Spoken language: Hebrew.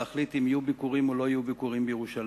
להחליט אם יהיו ביקורים או לא יהיו ביקורים בירושלים.